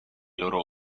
loro